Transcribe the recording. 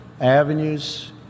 avenues